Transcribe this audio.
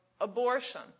abortion